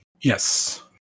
Yes